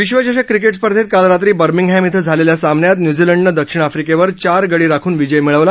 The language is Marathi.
विश्वचषक क्रिकेट स्पर्धेत काल रात्री बर्मिंगहॅम इथं झालेल्या सामन्यात न्यूझीलंडनं दक्षिण अफ्रिकेवर चार गडी राखून विजय मिळवला